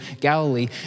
Galilee